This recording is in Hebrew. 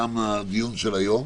תם הדיון של היום.